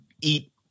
eat